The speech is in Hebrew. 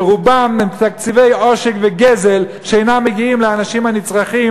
שרובן הן תקציבי עושק וגזל שאינם מגיעים לאנשים הנצרכים